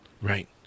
Right